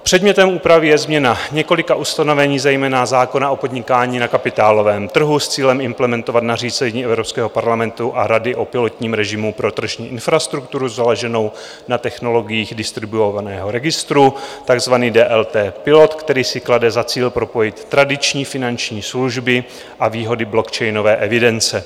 Předmětem úpravy je změna několika ustanovení, zejména zákona o podnikání na kapitálovém trhu s cílem implementovat nařízení Evropského parlamentu a Rady o pilotním režimu pro tržní infrastrukturu založenou na technologiích distribuovaného registru, takzvaný DLT PILOT, který si klade za cíl propojit tradiční finanční služby a výhody blockchainové evidence.